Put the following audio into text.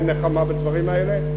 ואין נחמה בדברים האלה.